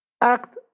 act